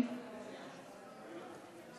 הרווחה והבריאות להכנה לקריאה שנייה